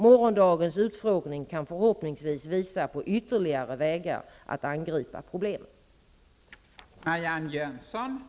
Morgondagens utfrågning kan förhoppningsvis visa på ytterligare vägar att angripa problemen. Henriksson i stället fick ta emot svaret.